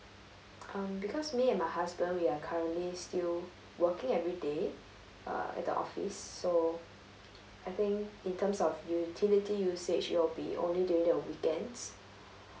um because me and my husband we are currently still working everyday uh at the office so I think in terms of utility usage it will be only during the weekends